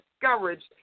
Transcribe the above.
discouraged